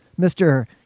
mr